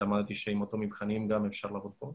למדתי שעם אותם מבחנים אפשר לעבוד גם כאן.